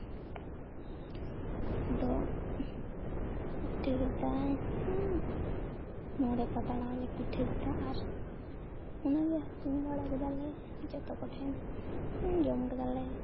ᱟᱫᱚ ᱯᱤᱴᱷᱟᱹ ᱠᱮᱫᱟᱭ ᱢᱚᱬᱮ ᱯᱟᱛᱲᱟ ᱞᱮ ᱯᱤᱴᱷᱟᱹ ᱠᱮᱫᱟ ᱟᱨ ᱚᱱᱟᱜᱮ ᱦᱟᱹᱴᱤᱧ ᱵᱟᱲᱟ ᱠᱮᱫᱟᱞᱮ ᱡᱚᱛᱚ ᱠᱚ ᱴᱷᱮᱱ ᱡᱚᱢ ᱠᱮᱫᱟᱞᱮ